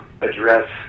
address